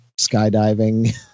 skydiving